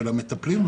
של המטפלים,